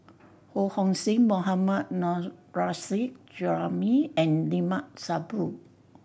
Ho Hong Sing Mohammad Nurrasyid Juraimi and Limat Sabtu